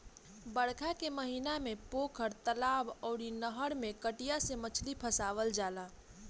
बरखा के महिना में पोखरा, तलाब अउरी नहर में कटिया से मछरी फसावल जाला